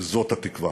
וזאת התקווה.